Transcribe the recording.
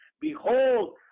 Behold